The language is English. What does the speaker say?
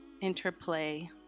interplay